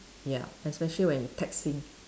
ya especially when you texting